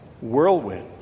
whirlwind